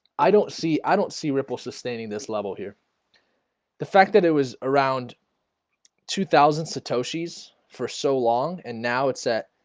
i don't see i don't see ripple sustaining this level here the fact that it was around two thousand satoshis for so long and now it's at